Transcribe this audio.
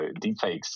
deepfakes